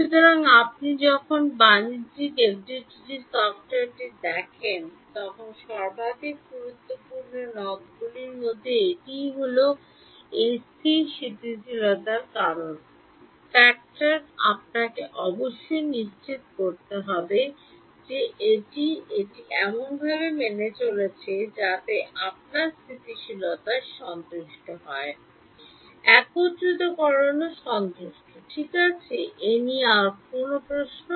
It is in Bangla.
সুতরাং আপনি যখন বাণিজ্যিক এফডিটিডি সফ্টওয়্যারটি দেখেন তখন সর্বাধিক গুরুত্বপূর্ণ নোবগুলির মধ্যে একটি হল এই স্থির স্থিতিশীলতার কারণ factor আপনাকে অবশ্যই নিশ্চিত করতে হবে যে এটি এটির এমনভাবে মেনে চলেছে যাতে আপনার স্থিতিশীলতা সন্তুষ্ট হয় একত্রিতকরণও সন্তুষ্ট ঠিক আছে এ নিয়ে আর কোন প্রশ্ন